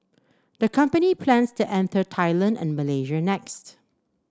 the company plans to enter Thailand and Malaysia next